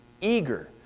eager